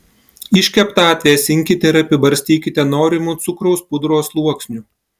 iškeptą atvėsinkite ir apibarstykite norimu cukraus pudros sluoksniu